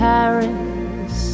Paris